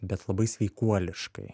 bet labai sveikuoliškai